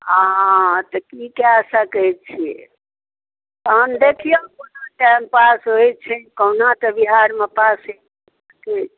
हँ तऽ की कए सकै छियै तखन देखियौ कोना टाइम पास होइत छै कहुनाके बिहारमे पास होइ छै